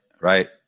Right